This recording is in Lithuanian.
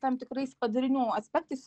tam tikrais padarinių aspektais